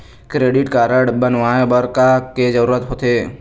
Credit card बनवाए बर का के जरूरत होते?